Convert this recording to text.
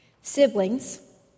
Siblings